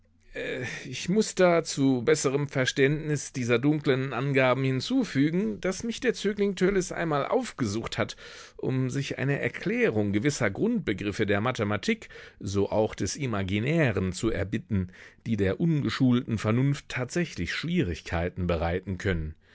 ich muß da zu besserem verständnis dieser dunklen angaben hinzufügen daß mich der zögling törleß einmal aufgesucht hat um sich eine erklärung gewisser grundbegriffe der mathematik so auch des imaginären zu erbitten die der ungeschulten vernunft tatsächlich schwierigkeiten bereiten können